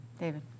David